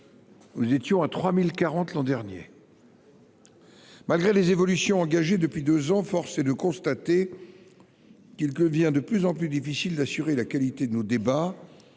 040 amendements l’an dernier. Malgré les évolutions engagées depuis deux ans, force est de constater qu’il devient de plus en plus difficile d’assurer la qualité de nos débats